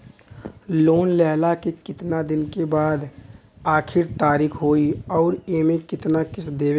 Loan लेहला के कितना दिन के बाद आखिर तारीख होई अउर एमे कितना किस्त देवे के होई?